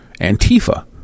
Antifa